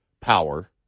power